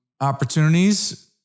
opportunities